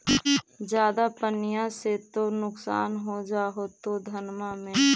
ज्यादा पनिया से तो नुक्सान हो जा होतो धनमा में?